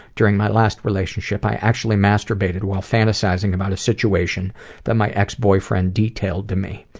during my last relationship i actually masturbated while fantasizing about a situation that my ex boyfriend detailed to me.